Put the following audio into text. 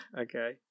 okay